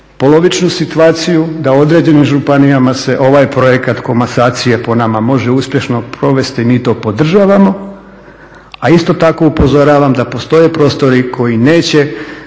polovičnu situaciju da određenim županijama ovaj projekat komasacije po nama može uspješno provesti i mi to podržavamo. A isto tako upozoravam da postoje prostori gdje se će